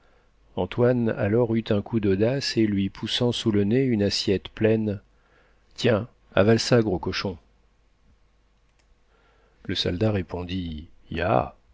antoine alors eut un coup d'audace et lui poussant sous le nez une assiette pleine tiens avale ça gros cochon le soldat répondit ya